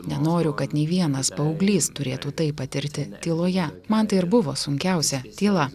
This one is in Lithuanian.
nenoriu kad nei vienas paauglys turėtų tai patirti tyloje man tai ir buvo sunkiausia tyla